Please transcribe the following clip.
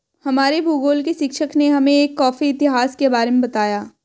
हमारे भूगोल के शिक्षक ने हमें एक कॉफी इतिहास के बारे में बताया